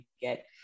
get